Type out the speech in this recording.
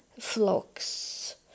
flocks